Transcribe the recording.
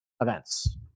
events